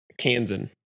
Kansan